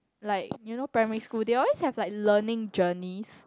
like you know primary school they always have like learning journeys